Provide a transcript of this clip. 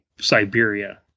Siberia